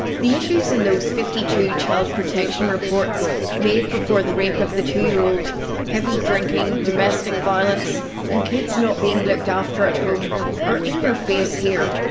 the issues in those fifty two child protection reports made before the rape of the two-year-old heavy drinking, domestic violence and kids not being looked after at home are in your face here.